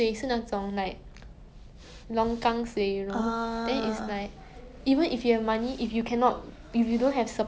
ya